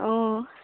অঁ